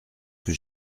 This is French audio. que